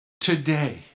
today